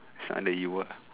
is under you [what]